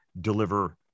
deliver